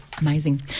Amazing